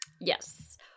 Yes